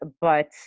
but-